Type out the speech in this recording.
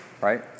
right